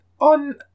on